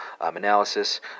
analysis